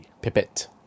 Pipit